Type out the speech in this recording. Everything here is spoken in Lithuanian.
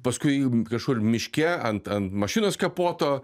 paskui kažkur miške ant ant mašinos kapoto